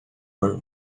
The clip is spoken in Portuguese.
ano